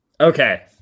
okay